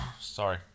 Sorry